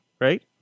right